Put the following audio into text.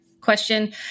question